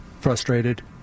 frustrated